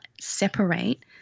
separate